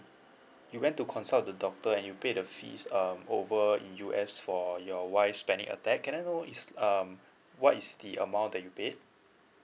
you went to consult the doctor and you pay the fees um over in U_S for your wife's panic attack can I know is um what is the amount that you paid